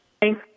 Thank